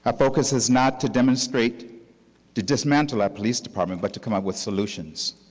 ah focus is not to demonstrate to dismantle our police department, but to come up with solutions,